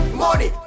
money